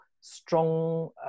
strong